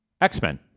X-Men